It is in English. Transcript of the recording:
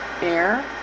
air